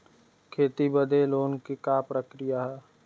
खेती बदे लोन के का प्रक्रिया ह?